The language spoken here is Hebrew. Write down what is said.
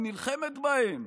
היא נלחמת בהם,